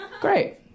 Great